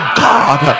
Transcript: god